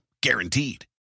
Guaranteed